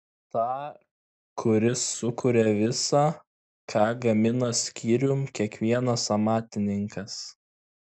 tą kuris sukuria visa ką gamina skyrium kiekvienas amatininkas